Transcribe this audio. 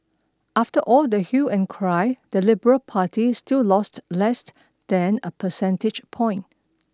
after all the hue and cry the liberal party still lost less than a percentage point